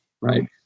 right